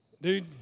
dude